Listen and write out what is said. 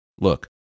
Look